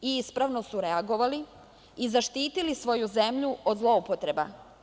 Ispravno su reagovali i zaštitili svoju zemlju od zloupotreba.